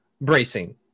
Bracing